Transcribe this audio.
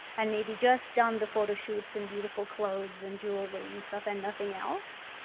and maybe just done the photoshoots and beautiful clothes and jewelry and stuff and nothing else.